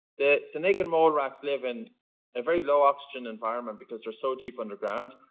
the the naked mole rats live in a very low oxygen environment because they're so deep underground,